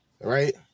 Right